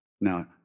Now